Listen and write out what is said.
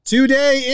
Today